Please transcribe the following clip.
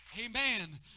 Amen